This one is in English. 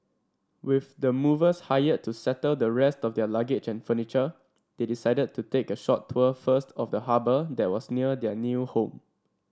with the movers hired to settle the rest of their luggage and furniture they decided to take a short tour first of the harbour that was near their new home